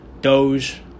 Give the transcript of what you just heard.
Doge